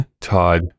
Todd